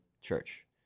church